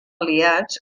aliats